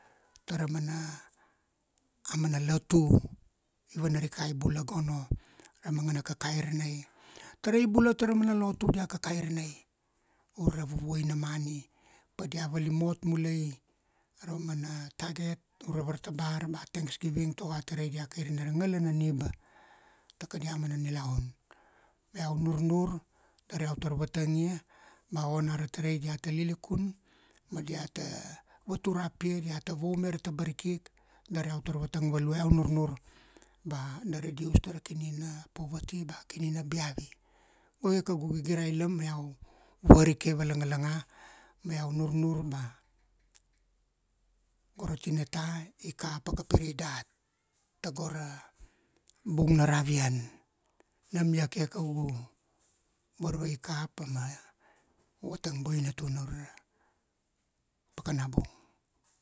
Taramana, a mana latu. I vanarikai bula gono, ra mangana kakairanai. Tarai bula tara mana lotu dia kakai ra nai, ure ra vuvuai na mani. Padia valimot mulai, ra mana target, ure ra vartabar ba thanks giving tago a tarai dia kairene ra ngalana na niba ta kadia mana nilaun. Iau nurnur, dar iau tar vatangia, ba ona ra tarai diata lilikun, ma diata vatur ra pia diata vaume ra tabariki, dar iau tar vatang value, iau nurnur ba na reduce tara kini na poverty ba kini na biavi. Go ia kaugu gigirailam, ma iau varike valangalanga, ma iau nurnur ba, go ra tinata i kapaka pirai dat. Tago ra bung na ravian. Nam iaka kaugu varvai kapa, ma iau vatang boina tuna ure ra pakana bung.